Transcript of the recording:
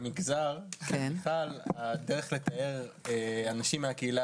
במגזר של מיכל הדרך לתאר אנשים מהקהילה